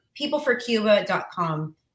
Peopleforcuba.com